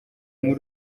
muri